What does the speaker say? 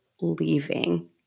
leaving